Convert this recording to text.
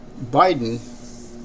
Biden